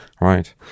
right